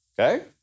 Okay